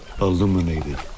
illuminated